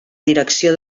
direcció